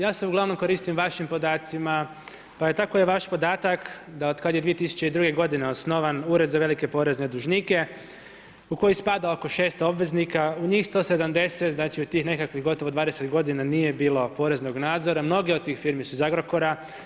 Ja se uglavnom koristim vašim podacima, pa tako je vaš podatak da otkad je 2002. godine osnovan Ured za velike porezne dužnike u koji spada oko 600 obveznika, u njih 170 znači u tih nekakvih gotovo 20 godina nije bilo poreznog nadzora, mnoge od tih firmi su iz Agrokora.